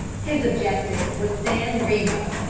his objective was san remo.